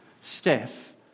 Steph